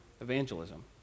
evangelism